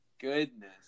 goodness